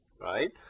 right